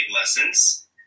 lessons